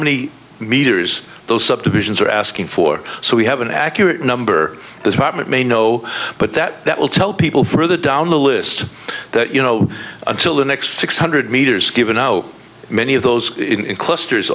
many meters those subdivisions are asking for so we have an accurate number as hartmut may know but that that will tell people further down the list that you know until the next six hundred meters given how many of those in clusters